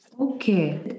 Okay